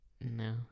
No